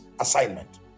assignment